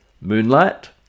moonlight